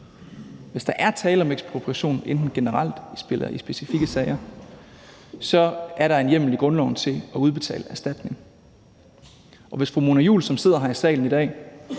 Hvis der er tale om ekspropriation enten generelt eller i specifikke sager, er der en hjemmel i grundloven til at udbetale erstatning. Kl. 11:04 Og hvis fru Mona Juul, som sidder her i salen i dag,